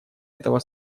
этого